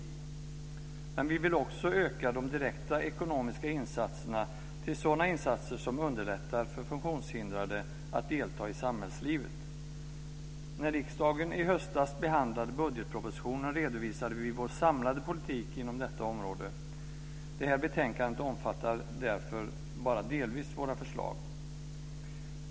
Men vi vill också öka de direkta ekonomiska insatserna till sådana insatser som underlättar för funktionshindrade att delta i samhällslivet. När riksdagen i höstas behandlade budgetpropositionen redovisade vi vår samlade politik inom detta område. Det här betänkandet omfattar därför bara delvis våra förslag.